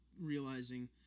realizing